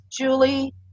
Julie